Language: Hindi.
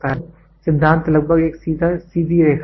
क्यों सिद्धांत लगभग एक सीधी रेखा है